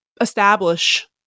establish